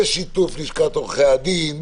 בשיתוף לשכת עורכי הדין,